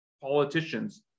politicians